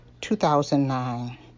2009